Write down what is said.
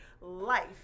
life